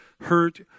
hurt